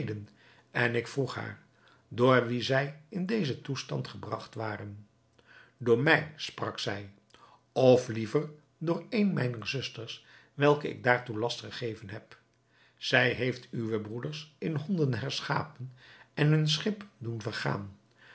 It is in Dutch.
en ik vroeg haar door wien zij in dezen toestand gebragt waren door mij sprak zij of liever door eene mijner zusters welke ik daartoe last gegeven heb zij heeft uwe broeders in honden herschapen en hun schip doen vergaan